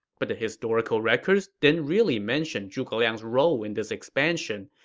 but the historical records didn't really mention zhuge liang's role in this expansion.